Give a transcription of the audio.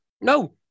No